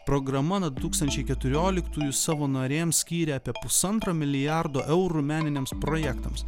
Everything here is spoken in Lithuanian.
programa nuo du tūkstančiai keturioliktųjų savo narėms skyrė apie pusantro milijardo eurų meniniams projektams